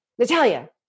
Natalia